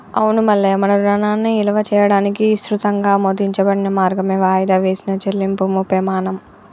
అవును మల్లయ్య మన రుణాన్ని ఇలువ చేయడానికి ఇసృతంగా ఆమోదించబడిన మార్గమే వాయిదా వేసిన చెల్లింపుము పెమాణం